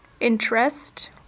interest